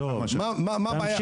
על מנת